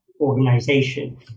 organization